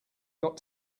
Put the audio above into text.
got